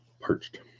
Perched